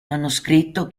manoscritto